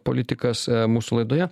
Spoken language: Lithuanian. politikas mūsų laidoje